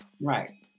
Right